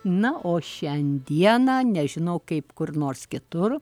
na o šiandieną nežinau kaip kur nors kitur